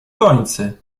gońcy